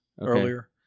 earlier